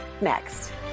next